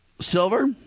Silver